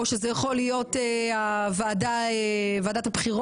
או שזה יכול להיות ועדת הבחירות,